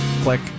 Click